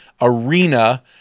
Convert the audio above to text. ARENA